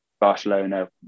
Barcelona